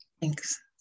Thanks